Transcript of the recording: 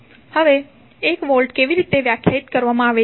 હવે 1 વોલ્ટ કેવી રીતે વ્યાખ્યાયિત કરવામાં આવે છે